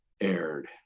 aired